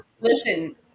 Listen